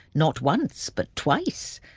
not once, but twice!